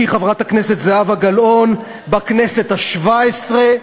חברת הכנסת זהבה גלאון בכנסת השבע-עשרה.